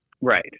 Right